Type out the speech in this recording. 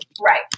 Right